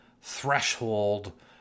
threshold